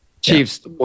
Chiefs